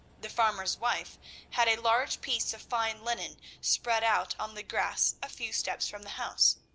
the farmer's wife had a large piece of fine linen spread out on the grass a few steps from the house,